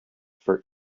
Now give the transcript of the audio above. for